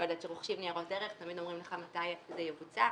כשרוכשים ניירות ערך תמיד אומרים לך מתי זה יבוצע.